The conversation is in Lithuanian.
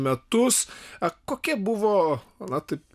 metus a kokia buvo na taip